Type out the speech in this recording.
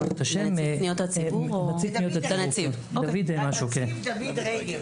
לנציב פניות הציבור, דוד רגב.